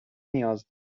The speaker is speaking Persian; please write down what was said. نیاز